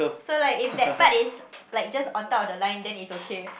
so like if that part is like just on top of the line then it's okay